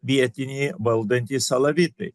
vietiniai valdantys alavitai